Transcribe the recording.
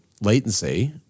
latency